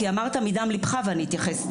כי אמרת מדם ליבך ואני אתייחס.